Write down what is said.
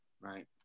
Right